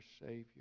Savior